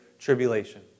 tribulation